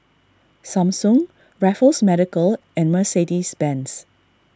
Samsung Raffles Medical and Mercedes Benz